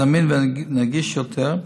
זמין ונגיש יותר,